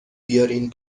بیارین